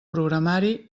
programari